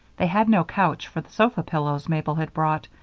they had no couch for the sofa pillows mabel had brought,